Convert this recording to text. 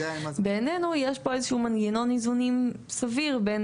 בעניינו יש פה איזה שהוא מינון איזונים סביר בין